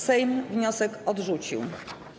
Sejm wniosek odrzucił.